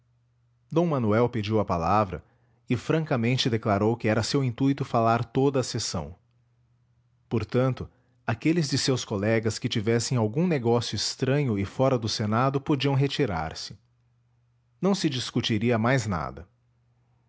d manuel pediu a palavra e francamente declarou que era seu intuito falar toda a sessão portanto aqueles de seus colegas que tivessem algum negócio estranho e fora do senado podiam retirar-se não se discutiria mais nada